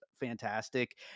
Fantastic